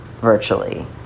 virtually